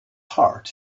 heart